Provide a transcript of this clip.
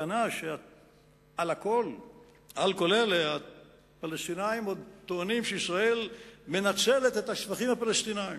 על כל אלה הפלסטינים עוד טוענים שישראל מנצלת את השפכים הפלסטיניים.